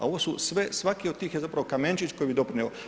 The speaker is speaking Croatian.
A ovo su sve, svaki od tih je zapravo kamenčić koji bi doprinio.